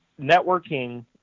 Networking